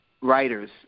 writers